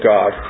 God